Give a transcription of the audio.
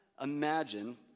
imagine